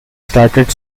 started